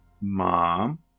Mom